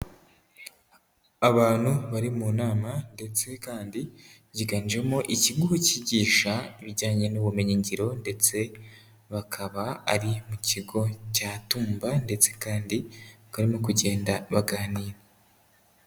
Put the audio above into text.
Abantu bari mu nama ndetse kandi biganjemo ikigo cyigisha ibijyanye n'ubumenyi ngiro ndetse bakaba ari mu kigo cya tumba ndetse kandi barimo kugenda baganira.